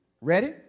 Ready